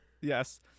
Yes